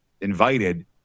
invited